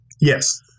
Yes